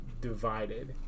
divided